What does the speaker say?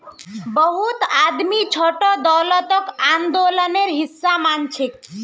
बहुत आदमी छोटो दौलतक आंदोलनेर हिसा मानछेक